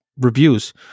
reviews